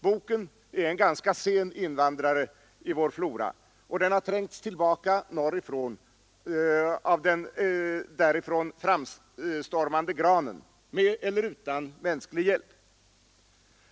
Boken är en ganska sen invandrare i vår flora, och den har trängts tillbaka av den norrifrån framstormande granen, med eller utan mänsklig hjälp.